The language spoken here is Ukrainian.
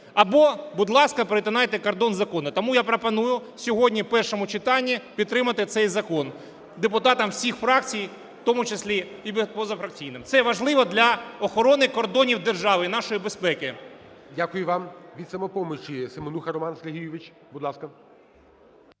або, будь ласка, перетинайте кордон законно. Тому я пропоную сьогодні в першому читанні підтримати цей закон депутатам всіх фракцій, в тому числі і позафракційним. Це важливо для охорони кордонів держави і нашої безпеки. ГОЛОВУЮЧИЙ. Дякую вам. Від "Самопомочі" Семенуха Роман Сергійович. Будь ласка.